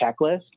checklist